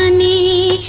ah me